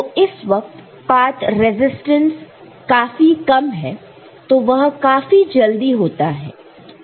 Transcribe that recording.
तो इस वक्त पात रेजिस्टेंस काफी कम है तो वह काफी जल्दी होता है